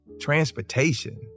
transportation